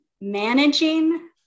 managing